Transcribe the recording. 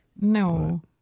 No